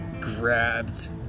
grabbed